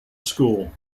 score